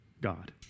God